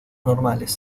normales